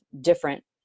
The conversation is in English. different